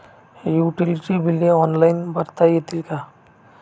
Utility बिले online भरता येतील का?